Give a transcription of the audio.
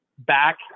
Back